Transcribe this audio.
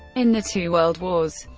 in the two world wars,